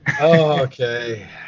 Okay